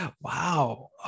wow